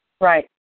Right